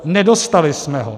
Nedostali jsme ho.